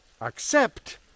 accept